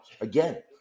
again